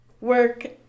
work